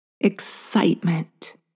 Excitement